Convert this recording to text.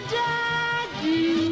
daddy